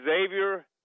Xavier